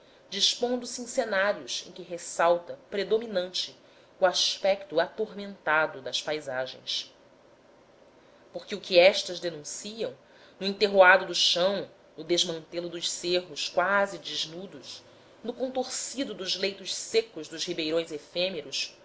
dispondo-se em cenários em que ressalta predominante o aspecto atormentado das paisagens porque o que estas denunciam no enterroado do chão no desmantelo dos cerros quase desnudos no contorcido dos leitos secos dos ribeirões efêmeros